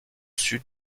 sud